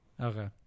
okay